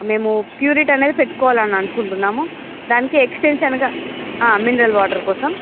మేము ప్యూర్ఇట్ అనేది పెట్టుకోవాలని అనుకుంటున్నాము దానికి ఎక్స్టెన్షన్గా మినరల్ వాటర్ కోసం